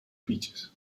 features